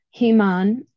Himan